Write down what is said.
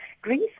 Greece